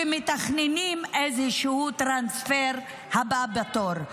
ומתכננים איזשהו טרנספר הבא בתור.